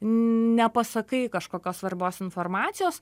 nepasakai kažkokios svarbios informacijos